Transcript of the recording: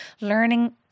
learning